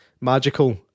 magical